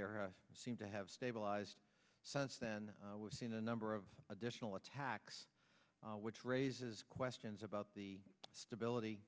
there seem to have stabilized since then we've seen a number of additional attacks which raises questions about the stability